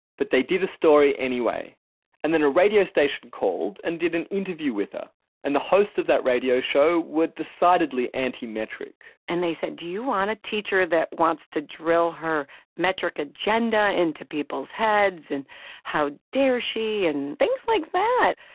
but they did a story anyway and then a radio station called and did an interview with her and the host of that radio show were decidedly anti metric and they said, do you want a teacher that wants to drill her metric agenda into people's heads. and how dare she. and things like that.